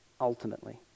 ultimately